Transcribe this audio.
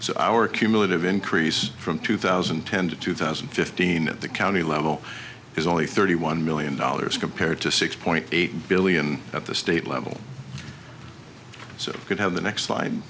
so our cumulative increase from two thousand and ten to two thousand and fifteen at the county level is only thirty one million dollars compared to six point eight billion at the state level so you could have the next sli